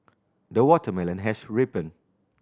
the watermelon has ripened